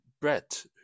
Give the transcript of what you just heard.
Brett